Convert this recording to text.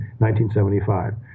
1975